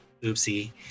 oopsie